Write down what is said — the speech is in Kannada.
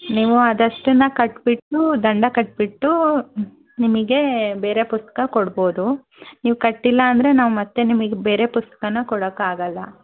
ನೀವು ಅದಷ್ಟನ್ನು ಕಟ್ಟಿಬಿಟ್ಟು ದಂಡ ಕಟ್ಟಿಬಿಟ್ಟು ನಿಮಗೆ ಬೇರೆ ಪುಸ್ತಕ ಕೊಡ್ಬೋದು ನೀವು ಕಟ್ಟಿಲ್ಲ ಅಂದರೆ ನಾವು ಮತ್ತೆ ನಿಮಗೆ ಬೇರೆ ಪುಸ್ತಕನ ಕೊಡೋಕ್ಕಾಗಲ್ಲ